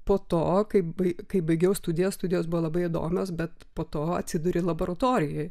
po to kai bai kai baigiau studijas studijos buvo labai įdomios bet po to atsiduri laboratorijoj